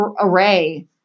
array